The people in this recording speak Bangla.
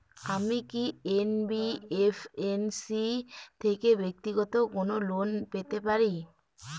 আমি কি এন.বি.এফ.এস.সি থেকে ব্যাক্তিগত কোনো লোন পেতে পারি?